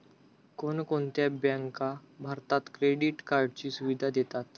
कोणकोणत्या बँका भारतात क्रेडिट कार्डची सुविधा देतात?